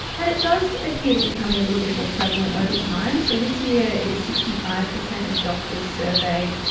and it does appear to becoming a little bit more prevalent over time. so this year it was sixty five percent of doctors surveyed,